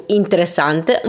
interessante